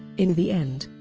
in the end,